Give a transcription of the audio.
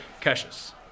Cassius